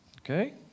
Okay